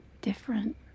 different